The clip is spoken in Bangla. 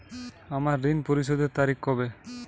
আমার ঋণ পরিশোধের তারিখ কবে?